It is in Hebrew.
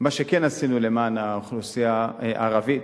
מה שכן עשינו למען האוכלוסייה הערבית,